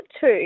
two